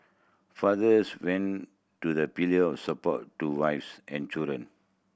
fathers went to the pillar of support to wives and children